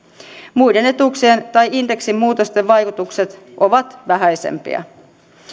muiden etuuksien tai indeksin muutosten vaikutukset ovat vähäisempiä